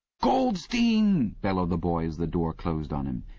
goldstein! bellowed the boy as the door closed on him.